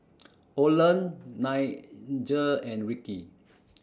Oland Nigel and Ricky